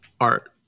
art